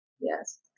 Yes